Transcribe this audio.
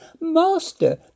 Master